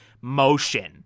motion